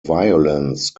violence